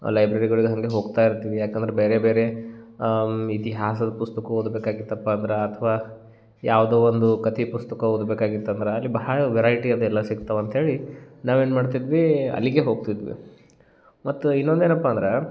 ಲೈಬ್ರೆರಿಗಳಿಗೆ ಹಾಗೆ ಹೋಗ್ತಾ ಇರ್ತೀವಿ ಯಾಕಂದ್ರೆ ಬೇರೆ ಬೇರೆ ಇತಿಹಾಸದ ಪುಸ್ತಕ ಓದಬೇಕಾಗಿತ್ತಪ್ಪ ಅಂದ್ರೆ ಅಥವಾ ಯಾವುದೋ ಒಂದು ಕತೆ ಪುಸ್ತಕ ಓದ್ಬೇಕಾಗಿತ್ತಂದ್ರೆ ಅಲ್ಲಿ ಬಹಳ ವೆರೈಟಿಯದೆಲ್ಲ ಸಿಕ್ತಾವೆ ಅಂತ್ಹೇಳಿ ನಾವೇನು ಮಾಡ್ತಿದ್ವಿ ಅಲ್ಲಿಗೇ ಹೋಗ್ತಿದ್ವಿ ಮತ್ತು ಇನ್ನೊಂದೇನಪ್ಪ ಅಂದ್ರೆ